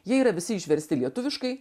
jie yra visi išversti lietuviškai